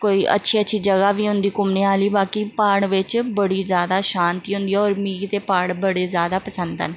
कोई अच्छी अच्छी जगह् बी होंदी घूमने आह्ली बाकी प्हाड़ बिच्च बड़ी ज्यादा शांति होंदी ऐ होर मिगी ते प्हाड़ बड़े ज्यादा पसंद न